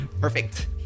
Perfect